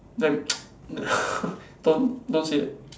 !damn! don't don't say it